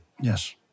Yes